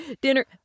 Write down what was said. dinner